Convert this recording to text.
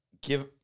Give